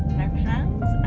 and our plans,